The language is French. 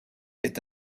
est